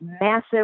massive